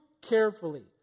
carefully